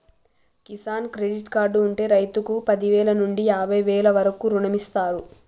Kisan credit card ఉంటె రైతుకు పదివేల నుండి యాభై వేల వరకు రుణమిస్తారు